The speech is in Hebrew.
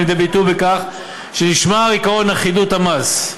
לידי ביטוי בכך שנשמר עקרון אחידות המס.